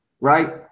right